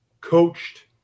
coached